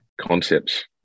concepts